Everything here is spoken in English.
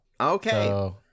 Okay